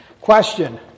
question